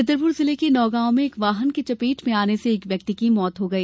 छतरपुर जिले के नौगांव में एक वाहन की चपेट में आने से एक व्यक्ति की मृत्यु हो गई